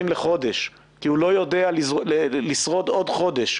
לחודש כי הוא לא יודע לשרוד עוד חודש,